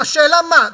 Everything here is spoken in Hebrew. השאלה, מה?